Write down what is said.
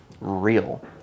real